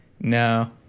No